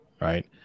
right